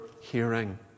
hearing